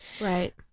right